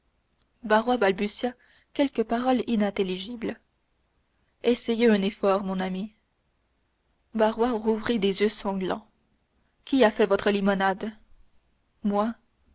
balbutia quelques paroles inintelligibles essayez un effort mon ami barrois rouvrit des yeux sanglants qui a fait la limonade moi